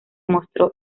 mostró